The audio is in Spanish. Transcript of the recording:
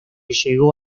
llegó